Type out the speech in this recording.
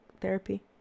therapy